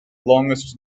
longest